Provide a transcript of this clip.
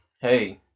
Hey